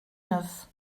neuf